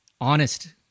honest